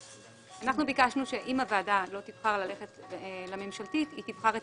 אנחנו ביקשנו שאם הוועדה תבחר שלא ללכת לממשלתית אז היא תבחר את